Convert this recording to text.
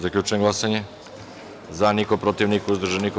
Zaključujem glasanje: za – niko, protiv – niko, uzdržanih – nema.